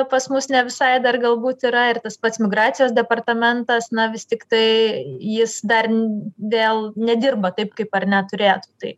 pas mus ne visai dar galbūt yra ir tas pats migracijos departamentas na vis tiktai jis dar dėl nedirba taip kaip ar ne turėtų tai